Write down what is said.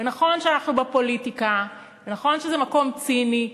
נכון שאנחנו בפוליטיקה ונכון שזה מקום ציני,